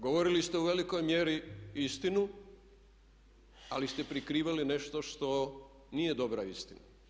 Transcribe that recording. Govorili ste u velikoj mjeri istinu, ali ste prikrivali nešto što nije dobra istina.